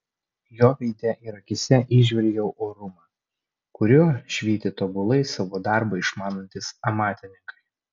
jo veide ir akyse įžvelgiau orumą kuriuo švyti tobulai savo darbą išmanantys amatininkai